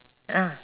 ah